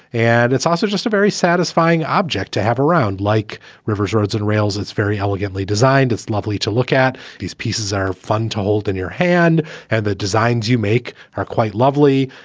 and it's also just a very satisfying object to have around like rivers, roads and rails. it's very elegantly designed. it's lovely to look at these pieces are fun to hold in your hand and the designs you make are quite lovely.